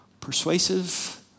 Persuasive